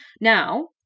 Now